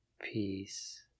Peace